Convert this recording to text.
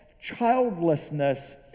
childlessness